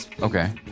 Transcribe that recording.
Okay